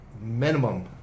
minimum